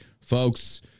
folks